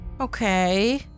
Okay